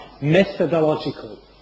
methodological